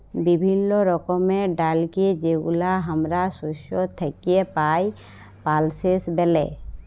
বিভিল্য রকমের ডালকে যেগুলা হামরা শস্য থেক্যে পাই, পালসেস ব্যলে